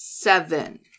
Seven